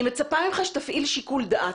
אני מצפה ממך שתפעיל שיקול דעת.